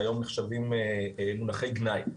שהיום נחשבים מונחי גנאי.